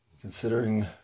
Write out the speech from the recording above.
considering